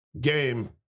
game